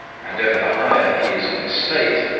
and ever the higher he is of estate,